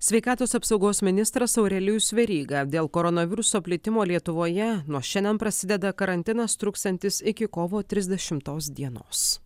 sveikatos apsaugos ministras aurelijus veryga dėl koronaviruso plitimo lietuvoje nuo šiandien prasideda karantinas truksiantis iki kovo trisdešimtos dienos